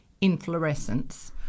inflorescence